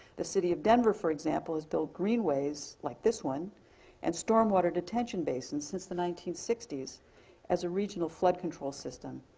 the city of denver for example, has built green ways like this one and storm water detention basins since the nineteen sixty s as a regional flood control system,